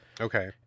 Okay